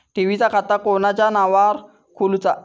ठेवीचा खाता कोणाच्या नावार खोलूचा?